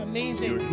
Amazing